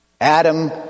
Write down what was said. Adam